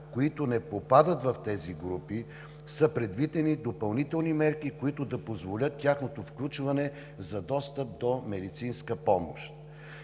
които не попадат в тези групи, са предвидени допълнителни мерки, които да позволят тяхното включване за достъп до медицинска помощ.